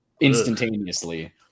instantaneously